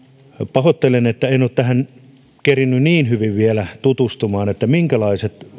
pahoittelen että en ole tähän kerennyt niin hyvin vielä tutustumaan että minkälaiset